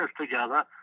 together